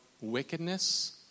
wickedness